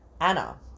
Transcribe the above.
Anna